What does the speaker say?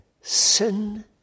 sin